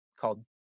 called